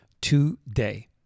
today